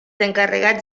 encarregats